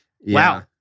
wow